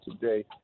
today